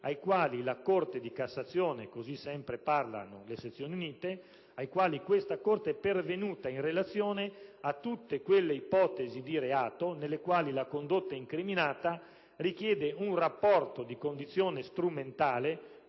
a cui la Corte di cassazione (così sempre parlano le sezioni unite) è pervenuta in relazione a tutte quelle ipotesi di reato nelle quali la condotta incriminata richiede un rapporto di condizione strumentale